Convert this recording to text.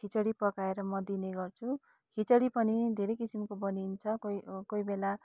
खिचडी पकाएर म दिने गर्छु खिचडी पनि धेरै किसिमको बनिन्छ कोही कोही बेला